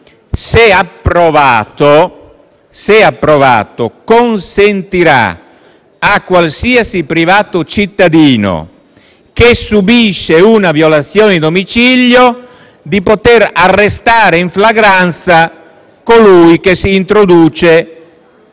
se approvato consentirà a qualsiasi privato cittadino che subisce una violazione di domicilio di arrestare in flagranza colui che si introduce